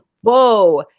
whoa